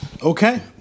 Okay